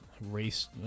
race